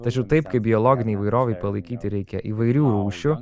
tačiau taip kaip biologinei įvairovei palaikyti reikia įvairių rūšių